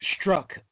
struck